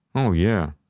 oh yeah.